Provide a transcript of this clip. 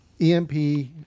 EMP